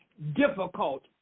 Difficult